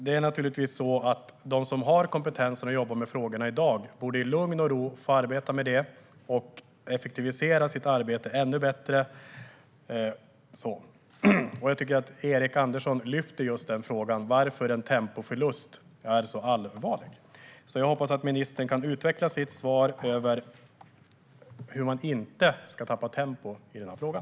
Det är naturligtvis så att de som har kompetensen att jobba med frågorna i dag borde få arbeta med dem i lugn och ro och effektivisera sitt arbete ännu bättre. Jag tycker att Erik Andersson lyfter fram just varför en tempoförlust är så allvarlig. Jag hoppas att ministern kan utveckla sitt svar på hur man inte ska tappa tempo i den här frågan.